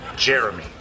Jeremy